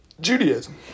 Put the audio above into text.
Judaism